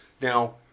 Now